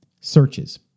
searches